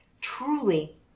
truly